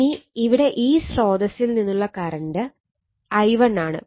ഇനി ഇവിടെ ഈ സ്രോതസ്സിൽ നിന്നുള്ള കറണ്ട് I1 ആണ്